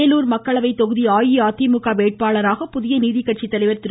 வேலார் மக்களவைத் கொகுதி அஇதிமுக வேட்பாளராக புகிய நீதிக்கட்சித்தலைவர் திரு